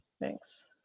Thanks